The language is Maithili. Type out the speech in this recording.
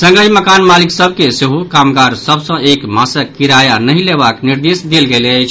संगहि मकान मालिक सभ के सेहो कामगार सभ सँ एक मासक किराया नहि लेबाक निर्देश देल गेल अछि